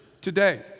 today